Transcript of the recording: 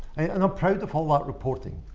and i'm proud of whole lot reporting.